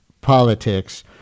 politics